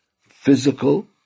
physical